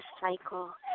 Cycle